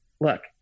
Look